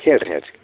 ಹೇಳಿರಿ ಹೇಳಿರಿ